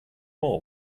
more